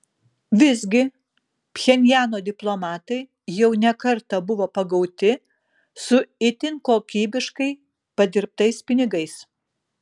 visgi pchenjano diplomatai jau ne kartą buvo pagauti su itin kokybiškai padirbtais pinigais